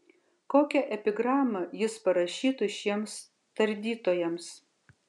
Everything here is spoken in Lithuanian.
kokią epigramą jis parašytų šiems tardytojams